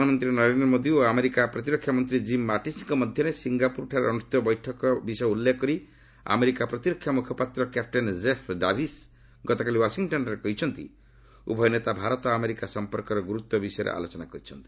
ପ୍ରଧାନମନ୍ତ୍ରୀ ନରେନ୍ଦ୍ର ମୋଦି ଓ ଆମେରିକା ପ୍ରତିରକ୍ଷା ମନ୍ତ୍ରୀ ଜିମ୍ ମାଟିସ୍ଙ୍କ ମଧ୍ୟରେ ସିଙ୍ଗାପୁରରେ ଅନୁଷ୍ଠିତ ବୈଠକ ବିଷୟ ଉଲ୍ଲେଖ କରି ଆମେରିକା ପ୍ରତିରକ୍ଷା ମୁଖପାତ୍ର କ୍ୟାପ୍ଟେନ୍ କେଫ୍ ଡାଭିସ୍ ଗତକାଲି ୱାଶିଂଟନ୍ଠାରେ କହିଛନ୍ତି ଉଭୟ ନେତା ଭାରତ ଆମେରିକା ସମ୍ପର୍କର ଗୁରୁତ୍ୱ ବିଷୟରେ ଆଲୋଚନା କରିଛନ୍ତି